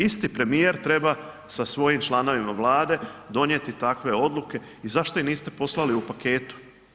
Isto premijer treba sa svojim članovima Vlade donijeti takve odluke i zašto ih niste poslali u paketu.